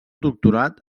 doctorat